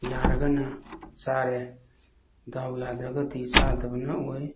ꯌꯥꯔꯒꯅ ꯆꯥꯔꯦ ꯗꯥꯎ ꯌꯥꯗ꯭ꯔꯒꯗꯤ ꯆꯥꯗꯕꯅ ꯑꯣꯏ